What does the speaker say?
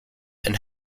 and